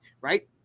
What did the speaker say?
right